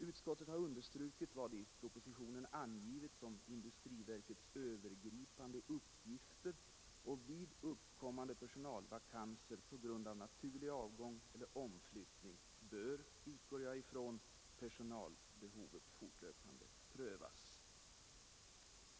Utskottet har understrukit vad i propositionen angivits om industriverkets övergripande uppgifter, och vid på grund av naturlig avgång eller omflyttning uppkommande vakanser bör — utgår jag från — personalbehovet fortlöpande prövas.